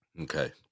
okay